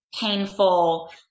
painful